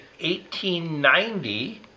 1890